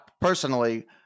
Personally